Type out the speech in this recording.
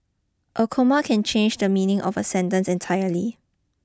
a comma can change the meaning of a sentence entirely